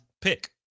pick